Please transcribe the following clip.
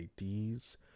IDs